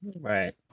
Right